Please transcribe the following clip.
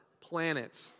planet